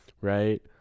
right